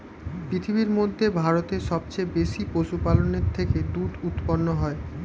পৃথিবীর মধ্যে ভারতে সবচেয়ে বেশি পশুপালনের থেকে দুধ উৎপন্ন হয়